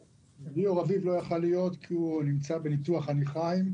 ליאור רביב לא יכול להיות כי הוא נמצא בניתוח חניכיים.